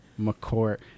McCourt